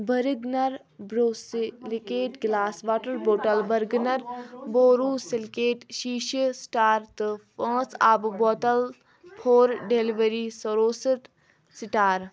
Bergner borosilicate glass water bottle بٔرٕگنر borosilicate شیٖشہٕ star تہٕ پانٛژ آبہٕ بوتل فور ڈیلوری سروسٹ سٹار